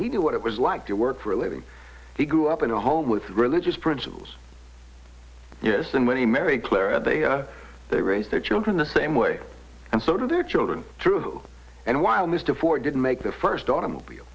he knew what it was like to work for a living he grew up in a home with religious principles yes and when he married clara they are they raise their children the same way and so to their children true and while mr ford didn't make the first automobile